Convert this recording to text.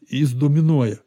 jis dominuoja